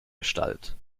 gestalt